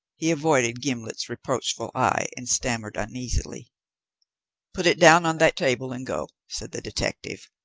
he avoided gimblet's reproachful eye and stammered uneasily put it down on that table and go, said the detective.